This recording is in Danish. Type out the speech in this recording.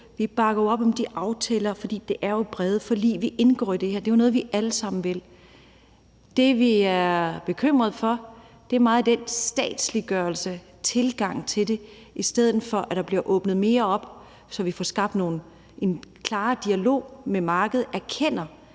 Vi bakker jo op om de aftaler, fordi det er brede forlig. Vi indgår i det her, og det er jo noget, vi alle sammen vil. Det, som vi er bekymrede for, er meget den statsliggørelse, den tilgang til det, i stedet for at der bliver åbnet mere op, så man får skabt en klarere dialog med markedet og erkender,